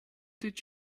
did